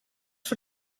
for